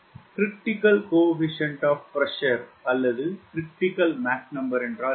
𝐶PCR அல்லது 𝑀CR என்றால் என்ன